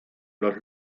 los